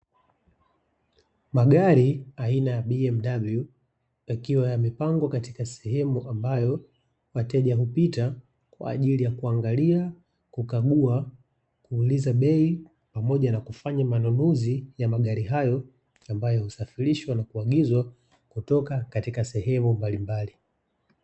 Magari aina ya BMW yakiwa yamepangwa katika sehemu ambayo wateja hupita kwa ajili ya kuangalia, kukagua, kuuliza bei pamoja na kufanya manunuzi ya magari hayo; ambayo husafirishwa na kuagizwa kutoka katika sehemu mbalimbali .